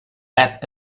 app